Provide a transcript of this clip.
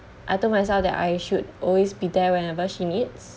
I told myself that I should always be there whenever she needs